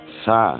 sa